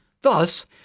Thus